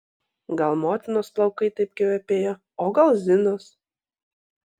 gal motinos plaukai taip kvepėjo o gal zinos